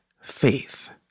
faith